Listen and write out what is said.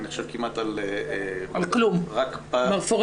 בשורה התחתונה, היא אמרה